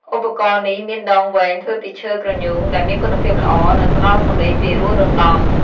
ឧបករណ៍នេះមានដងវែងធ្វើពីឈើគ្រញូង ដែលមានគុណភាពល្អ និងផ្តល់សំឡេងពីរោះរណ្ដំ។